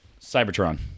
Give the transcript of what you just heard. cybertron